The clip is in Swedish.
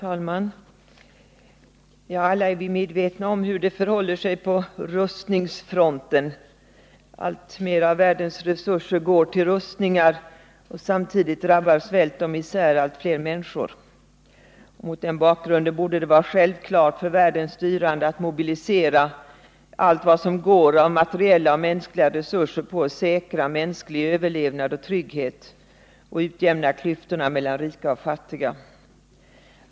Herr talman! Vi är alla medvetna om hur det förhåller sig på rustningsfronten. Alltmer av världens resurser går till rustningar. Samtidigt drabbar svält och misär allt fler människor. Mot denna bakgrund borde det vara självklart för världens styrande att mobilisera allt vad som går att uppbringa av materiella och mänskliga resurser på att säkra mänsklig överlevnad och trygghet och utjämna klyftorna mellan rika och fattiga.